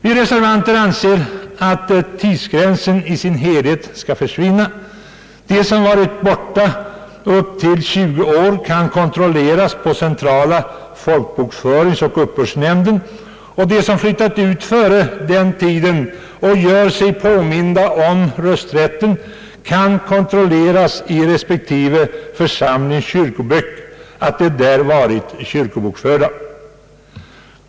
Vi reservanter anser att tidsgränsen i sin helhet skall försvinna. De som varit borta upp till 20 år kan kontrolleras på centrala folkbokföringsoch uppbördsnämnden, och de som varit borta längre och påminner om sin rösträtt kan kontrolleras i respektive församlings kyrkoböcker där de varit kyrkobokförda.